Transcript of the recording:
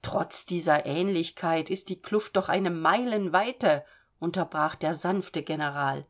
trotz dieser ähnlichkeit ist die kluft doch eine meilenweite unterbrach der sanfte general